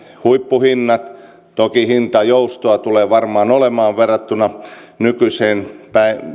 huippuhinnat toki hintajoustoa tulee varmaan olemaan verrattuna nykyiseen